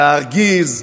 להרגיז,